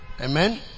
Amen